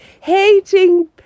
Hating